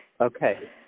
Okay